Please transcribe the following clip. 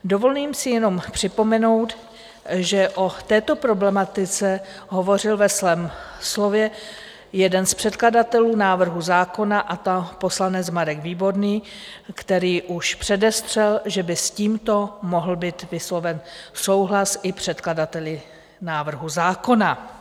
Dovolím si jenom připomenout, že o této problematice hovořil ve svém slově jeden z předkladatelů návrhu zákona, a to poslanec Marek Výborný, který už předestřel, že by s tímto mohl být vysloven souhlas i předkladateli návrhu zákona.